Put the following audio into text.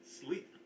sleep